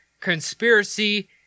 conspiracy